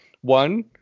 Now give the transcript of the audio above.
one